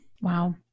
Wow